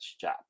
job